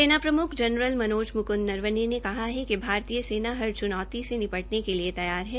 सेना प्रम्ख जनरल मनोज मुकूंद नरवणे ने कहा है कि भारतीय सेना हर च्नौती से निपटने के लिए तैयार है